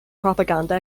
propaganda